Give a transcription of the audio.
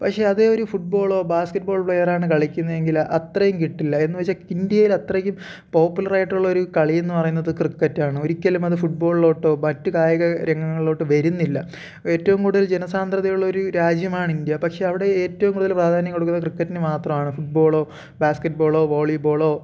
പക്ഷേ അതേ ഒരു ഫുട്ബോളോ ബാസ്കറ്റ്ബോൾ പ്ലയറാണ് കളിക്കുന്നതെങ്കിൽ അത്രയും കിട്ടില്ല എന്നു വച്ചാൽ ഇന്ത്യയിൽ അത്രയ്ക്കും പോപ്പുലറായിട്ടുള്ളൊരു കളിയെന്ന് പറയുന്നത് ക്രിക്കറ്റാണ് ഒരിക്കലും അത് ഫുട്ബോളിലോട്ടോ മറ്റു കായിക രംഗങ്ങളിലോട്ട് വരുന്നില്ല ഏറ്റവും കൂടുതൽ ജനസാന്ദ്രതയുള്ള ഒരു രാജ്യമാണ് ഇന്ത്യ പക്ഷേ അവിടെ ഏറ്റവും കൂടുതൽ പ്രാധാന്യം കൊടുക്കുന്നത് ക്രിക്കറ്റിനു മാത്രമാണ് ഫുട്ബോളോ ബാസ്ക്കറ്റ്ബോളോ വോളിബോളോ